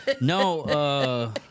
No